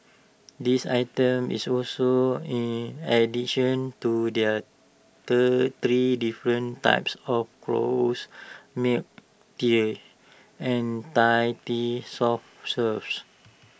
this item is also in addition to their third three different types of rose milk teas and Thai tea soft serves